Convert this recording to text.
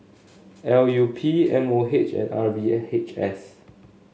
L U P M O H and R V H S